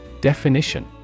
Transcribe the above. Definition